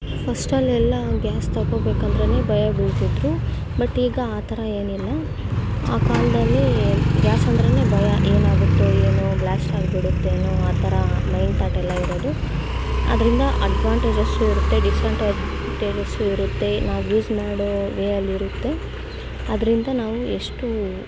ಫಸ್ಟಲ್ಲಿ ಎಲ್ಲ ಗ್ಯಾಸ್ ತಗೊಳ್ಬೇಕಂದ್ರೆನೇ ಭಯ ಬೀಳ್ತಿದ್ರು ಬಟ್ ಈಗ ಆ ಥರ ಏನಿಲ್ಲ ಆ ಕಾಲದಲ್ಲಿ ಗ್ಯಾಸ್ ಅಂದ್ರೆನೇ ಭಯ ಏನಾಗುತ್ತೋ ಏನೋ ಬ್ಲ್ಯಾಶ್ಟ್ ಆಗ್ಬಿಡುತ್ತೇನೋ ಆ ಥರ ಮೈಂಡ್ ತಾಟ್ ಎಲ್ಲ ಇರೋದು ಅದರಿಂದ ಅಡ್ವಾಂಟೇಜಸ್ಸು ಇರುತ್ತೆ ಡಿಸ್ಅಂಟಾಟೇಜಸ್ಸು ಇರುತ್ತೆ ನಾವು ಯೂಸ್ ಮಾಡೋ ವೇಯಲ್ಲಿ ಇರುತ್ತೆ ಅದರಿಂದ ನಾವು ಎಷ್ಟು